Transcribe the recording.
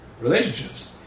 relationships